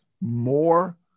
more